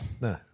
No